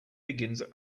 begins